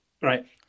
Right